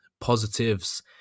positives